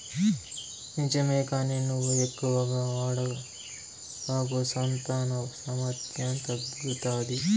నిజమే కానీ నువ్వు ఎక్కువగా వాడబాకు సంతాన సామర్థ్యం తగ్గుతాది